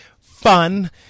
fun